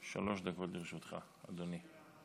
שלוש דקות לרשותך, אדוני.